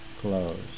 close